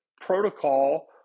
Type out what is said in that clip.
protocol